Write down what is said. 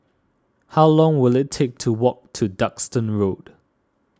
how long will it take to walk to Duxton Road